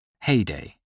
Heyday